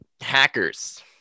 hackers